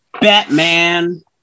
Batman